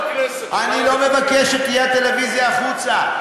אני לא מבקש שתהיה הטלוויזיה החוצה.